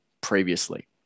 previously